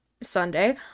Sunday